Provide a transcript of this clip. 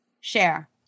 Share